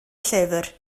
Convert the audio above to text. llyfr